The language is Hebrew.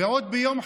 ועוד ביום חגנו,